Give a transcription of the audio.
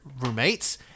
roommates